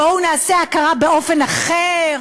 בואו נעשה הכרה באופן אחר,